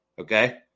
Okay